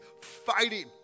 fighting